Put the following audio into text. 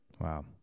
Wow